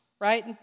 right